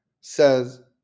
says